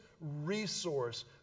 resource